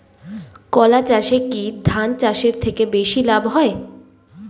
কলা চাষে কী ধান চাষের থেকে বেশী লাভ হয়?